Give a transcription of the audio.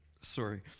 sorry